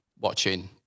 watching